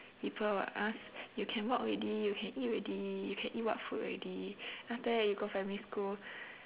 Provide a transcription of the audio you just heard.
people will ask you can walk already you can eat already you can eat what food already then after that you go primary school